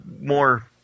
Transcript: more